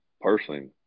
personally